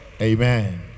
Amen